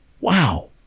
Wow